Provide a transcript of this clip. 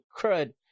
crud